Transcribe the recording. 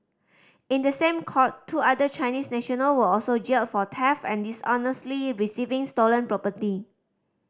in the same court two other Chinese national were also jailed for theft and dishonestly receiving stolen property